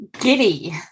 giddy